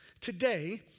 Today